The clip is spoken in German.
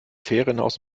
ferienhaus